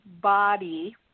body